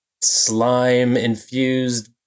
slime-infused